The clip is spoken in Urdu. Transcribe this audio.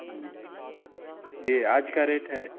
جی یہ آج کا ریٹ ہے